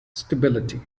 stability